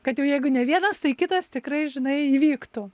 kad jau jeigu ne vienas tai kitas tikrai žinai įvyktų